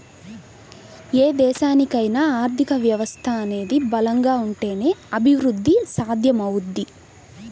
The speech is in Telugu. ఏ దేశానికైనా ఆర్థిక వ్యవస్థ అనేది బలంగా ఉంటేనే అభిరుద్ధి సాధ్యమవుద్ది